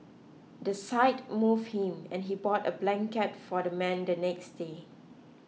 the sight moved him and he bought a blanket for the man the next day